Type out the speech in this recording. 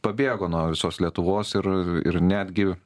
pabėgo nuo visos lietuvos ir ir netgi